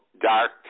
dark